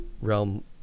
realm